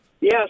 Yes